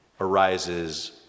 arises